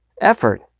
Effort